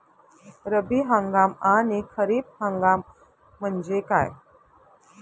रब्बी हंगाम आणि खरीप हंगाम म्हणजे काय?